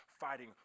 fighting